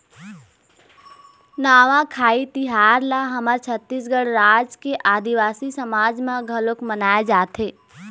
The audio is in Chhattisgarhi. नवाखाई तिहार ल हमर छत्तीसगढ़ राज के आदिवासी समाज म घलोक मनाए जाथे